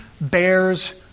bears